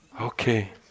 Okay